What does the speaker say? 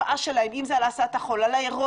ההשפעה, אם זה על החול, על הארוזיה,